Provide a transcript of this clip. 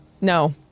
No